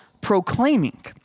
proclaiming